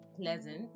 pleasant